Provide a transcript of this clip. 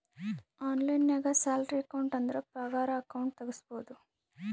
online ನಾಗ್ salary account ಅಂದುರ್ ಪಗಾರ ಅಕೌಂಟ್ ತೆಗುಸ್ಬೋದು